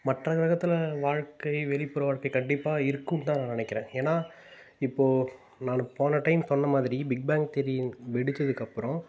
மற்ற கிரகத்தில் வாழ்க்கை வெளிப்புற வாழ்க்கை கண்டிப்பாி இருக்கும் தான் நான் நினைக்குறேன் ஏன்னால் இப்போது நான் போன டைம் பண்ண மாதிரி பிக் பெங் தியரி வெடிச்சதுக்கப்புறம்